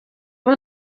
ubu